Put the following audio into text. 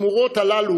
התמורות האלה,